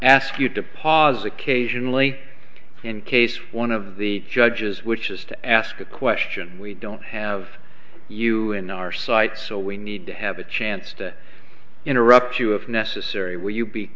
ask you to pause occasionally in case one of the judges which is to ask a question we don't have you in our sights so we need to have a chance to interrupt you if necessary will you be